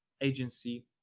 agency